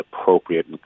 appropriate